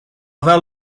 avea